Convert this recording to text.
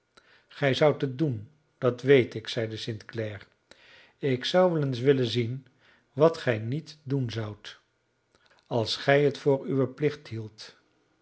gij zoudt het doen dat weet ik zeide st clare ik zou wel eens willen zien wat gij niet doen zoudt als gij het voor uwen plicht hieldt